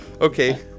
okay